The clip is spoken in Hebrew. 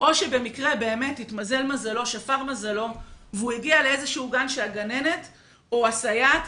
או שבמקרה שפר מזלו והוא הגיע לאיזשהו גן שהגננת או הסייעת